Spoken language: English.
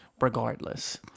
Regardless